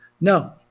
No